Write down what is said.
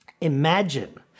Imagine